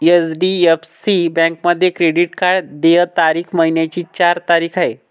HDFC बँकेमध्ये credit card देय तारीख महिन्याची चार तारीख आहे